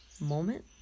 moment